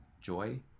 joy